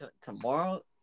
tomorrow